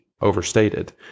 overstated